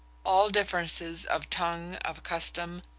all differences of tongue, of custom,